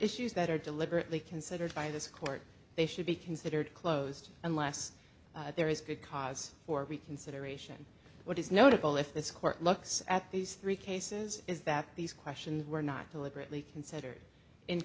issues that are deliberately considered by this court they should be considered closed unless there is good cause for reconsideration what is notable if this court looks at these three cases is that these questions were not deliberately considered in